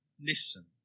Listen